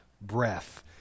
breath